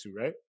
right